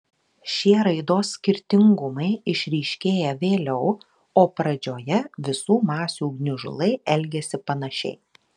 šie raidos skirtingumai išryškėja vėliau o pradžioje visų masių gniužulai elgiasi panašiai